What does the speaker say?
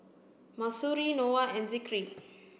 Mahsuri Noah and Zikri